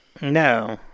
No